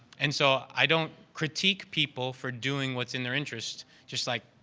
and so, i don't critique people for doing what's in their interest just like,